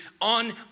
on